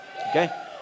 Okay